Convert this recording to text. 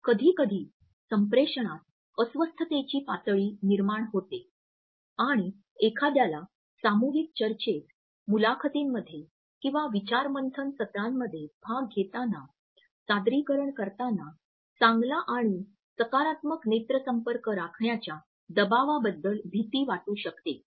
कधीकधी संप्रेषणात अस्वस्थतेची पातळी निर्माण होते आणि एखाद्याला सामूहिक चर्चेत मुलाखतींमध्ये किंवा विचारमंथन सत्रांमध्ये भाग घेताना सादरीकरण करताना चांगला आणि सकारात्मक नेत्र संपर्क राखण्याच्या दबावाबद्दल भीती वाटू शकते